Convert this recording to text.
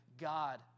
God